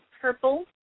purple